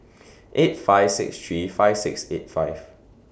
eight five six three five six eight five